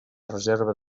reserva